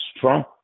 Trump